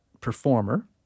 performer